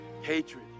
Hatred